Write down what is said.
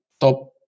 top